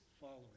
following